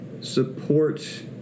support